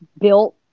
built